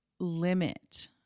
limit